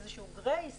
איזה גרייס